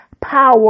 power